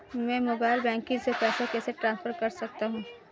मैं mobile banking से पैसे कैसे ट्रांसफर कर सकता हूं?